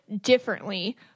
differently